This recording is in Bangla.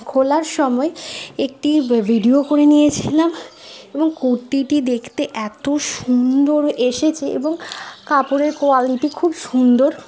খোলার সময় একটি ভিডিও করে নিয়েছিলাম এবং কুর্তিটি দেখতে এত সুন্দর এসেছে এবং কাপড়ের কোয়ালিটি খুব সুন্দর